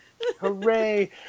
Hooray